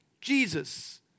Jesus